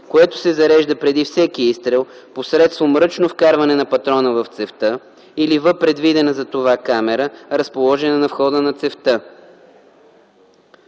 което се зарежда преди всеки изстрел посредством ръчно вкарване на патрона в цевта или в предвидена за това камера, разположена на входа на цевта.